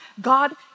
God